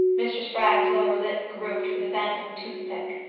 mr. spragg's lower lip groped for the phantom tooth-pick.